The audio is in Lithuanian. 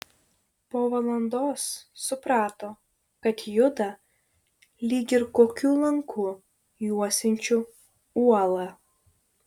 po valandos suprato kad juda lyg ir kokiu lanku juosiančiu uolą